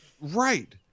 Right